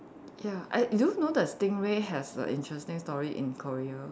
ya I do you know that stingray has a interesting story in Korea